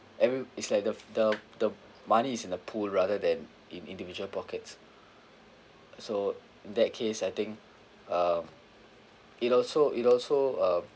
every it's like the the the money is in the pool rather than in individual pockets so in that case I think um it also it also um